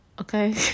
okay